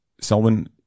Selwyn